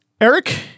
Eric